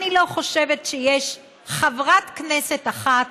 אני לא חושבת שיש חברת כנסת אחת